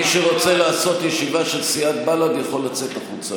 מי שרוצה לעשות ישיבה של סיעת בל"ד יכול לצאת החוצה,